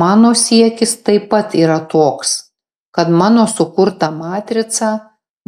mano siekis taip pat yra toks kad mano sukurtą matricą